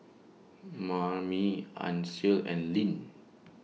Mamie Ancil and Linn